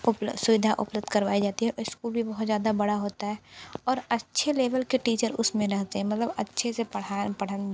उपल सुविधा उपलब्ध करवाई जाती है स्कूल भी बहुत ज़्यादा बड़ा होता है और अच्छे लेवल के टीचर उसमें रहते हैं मतलब अच्छे से पढ़ा पढ़न